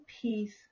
peace